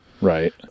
Right